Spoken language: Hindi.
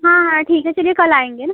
हाँ हाँ ठीक है चलिए कल आएंगे न